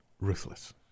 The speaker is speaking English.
ruthless